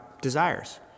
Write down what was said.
Desires